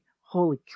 Holy